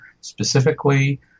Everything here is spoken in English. specifically